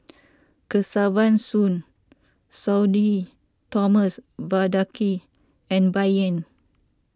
Kesavan Soon Sudhir Thomas Vadaketh and Bai Yan